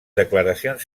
declaracions